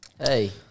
Hey